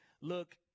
look